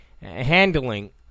handling